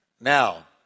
Now